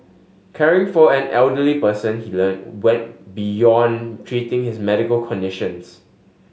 caring for an elderly person he learnt went beyond treating his medical conditions